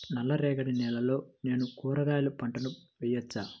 నల్ల రేగడి నేలలో నేను కూరగాయల పంటను వేయచ్చా?